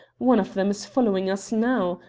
one of them is following us now.